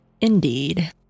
Indeed